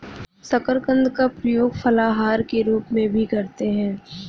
शकरकंद का प्रयोग फलाहार के रूप में भी करते हैं